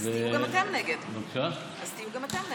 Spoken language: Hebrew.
אז תהיו גם אתם נגד.